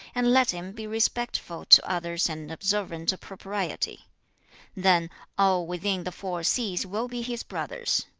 and let him be respectful to others and observant of propriety then all within the four seas will be his brothers.